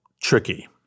tricky